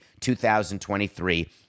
2023